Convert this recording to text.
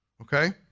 okay